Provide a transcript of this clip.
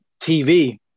TV